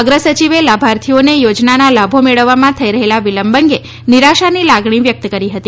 અગ્રસચિવે લાભાર્થીઓને યોજનાના લાભો મળવામાં થઇ રહેલા વિલંબ અંગે નિરાશાની લાગણી વ્યક્ત કરી હતી